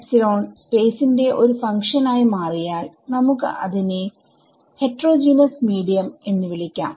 f space ന്റെ ഒരു function ആയി മാറിയാൽ നമുക്ക് അതിനെ ഹെറ്ററോജീനസ് മീഡിയം എന്ന് വിളിക്കാം